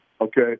okay